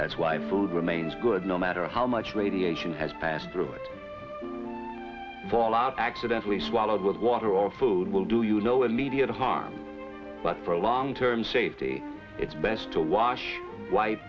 that's why food remains good no matter how much radiation has passed through the fallout accidentally swallowed with water or food will do you no immediate harm but for a long term safety it's best to wash white